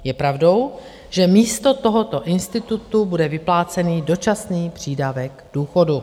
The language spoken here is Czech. Je pravdou, že místo tohoto institutu bude vyplácen dočasný přídavek k důchodu.